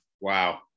Wow